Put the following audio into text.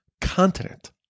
continent